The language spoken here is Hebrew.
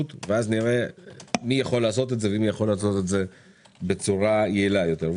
ונראה מי יכול לעשות את זה בצורה יעילה יותר.